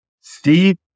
Steve